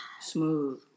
Smooth